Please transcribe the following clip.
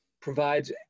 provides